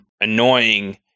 annoying